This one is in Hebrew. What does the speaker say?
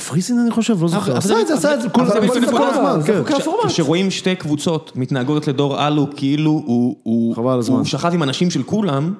הפריסין אני חושב, לא זוכר. עשה את זה, עשה את זה, כל זה בנקודה. כשרואים שתי קבוצות מתנהגות לדור אלו כאילו הוא שחט עם אנשים של כולם.